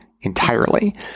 entirely